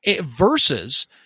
Versus